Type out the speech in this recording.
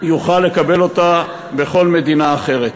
יוכל לקבל אותה בכל מדינה אחרת.